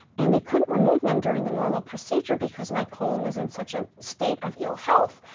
and they couldn't remove them during the normal procedure because my colon was in such a state of ill health,